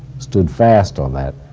stood fast on that.